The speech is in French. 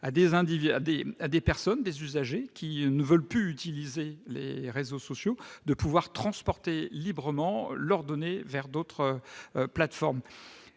afin que des personnes, des usagers qui ne veulent plus utiliser les réseaux sociaux, puissent faire migrer librement leurs données vers d'autres plateformes, et